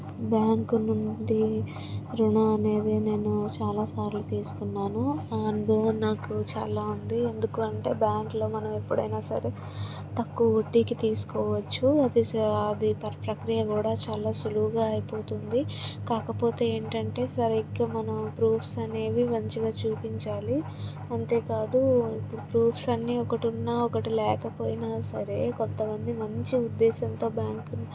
bank నుండి రుణం అనేది నేను చాలాసార్లు తీసుకున్నాను అండ్ నాకు చాలా ఉంది ఎందుకు అంటే బ్యాంకులో మనం ఎప్పుడు అయినా సరే తక్కువ వడ్డీకి తీసుకోవచ్చు అది అది పర్ఫెక్ట్లీ కూడా చాలా సులువుగా అయిపోతుంది కాకపోతే ఏంటంటే సరిగ్గా మనం ప్రూఫ్స్ అనేవి మంచిగా చూపించాలి అంతే కాదు ఇప్పుడు ప్రూఫ్స్ అన్ని ఒకటి ఉన్నా ఒకటి లేకపోయినా సరే కొంతమంది మంచి ఉద్దేశంతో బ్యాంకు